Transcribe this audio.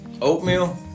Oatmeal